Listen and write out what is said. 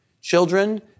Children